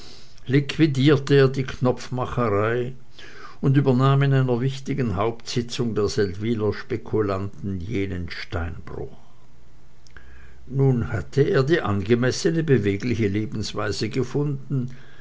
er die knopfmacherei und übernahm in einer wichtigen hauptsitzung der seldwyler spekulanten jenen steinbruch nun hatte er die angemessene bewegliche lebensweise gefunden